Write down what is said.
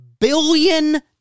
billion